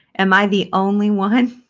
am i the only one?